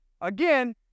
again